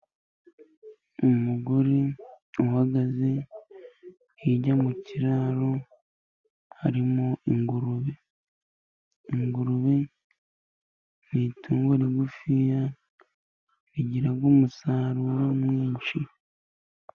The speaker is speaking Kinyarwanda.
Umugore uhagaze, hirya mu kiraro harimo ingurube. Ingurube ni itungo rigufi rigira umusaruro mwinshi.